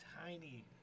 tiny